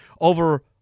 over